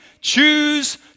choose